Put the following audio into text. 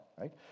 right